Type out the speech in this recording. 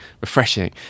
refreshing